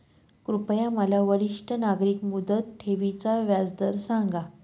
कृपया मला वरिष्ठ नागरिक मुदत ठेवी चा व्याजदर सांगा